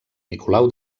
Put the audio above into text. nicolau